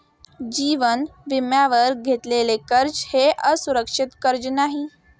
जीवन विम्यावर घेतलेले कर्ज हे असुरक्षित कर्ज नाही